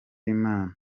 imana